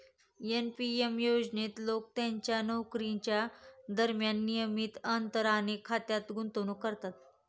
NP S योजनेत लोक त्यांच्या नोकरीच्या दरम्यान नियमित अंतराने खात्यात गुंतवणूक करतात